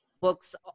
books